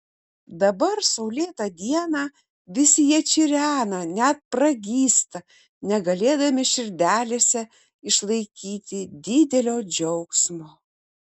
dabar saulėtą dieną visi jie čirena net pragysta negalėdami širdelėse išlaikyti didelio džiaugsmo